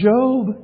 Job